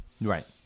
Right